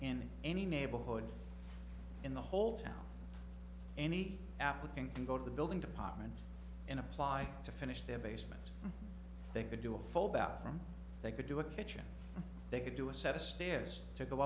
in any neighborhood in the whole town any applicant go to the building department and apply to finish their basement they could do a full bathroom they could do a kitchen they could do a set of stairs to go